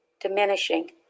diminishing